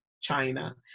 China